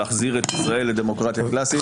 להחזיר את ישראל לדמוקרטיה קלסית.